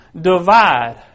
divide